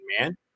man